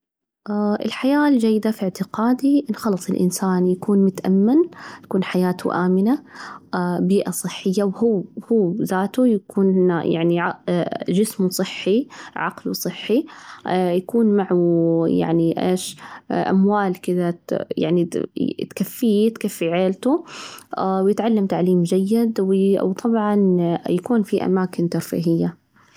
الحياة الجيدة في إعتقادي خلاص الإنسان يكون متأمن، تكون حياته آمنة، بيئة صحية وهو هو ذاته يكون يعني ع جسمه صحي ،عقله صحي، يكون معه يعني إيش؟ أموال كذا يعني ت تكفيه تكفي عيلته ويتعلم تعليم جيد وطبعاً يكون في أماكن ترفيهية.